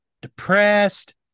depressed